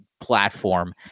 platform